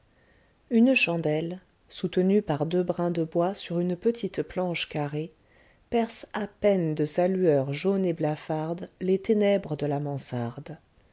une chandelle soutenue par deux brins de bois sur une petite planche carrée perce à peine de sa lueur jaune et blafarde les ténèbres de la mansarde